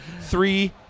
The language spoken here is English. Three